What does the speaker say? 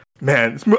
man